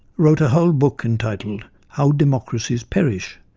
wrote a whole book and titled how democracies perish,